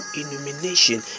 illumination